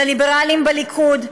לליברלים בליכוד,